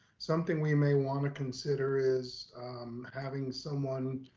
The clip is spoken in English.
something we may wanna consider is having someone,